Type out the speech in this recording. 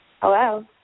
Hello